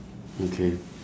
okay